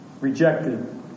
rejected